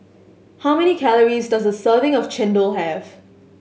how many calories does a serving of chendol have